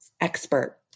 expert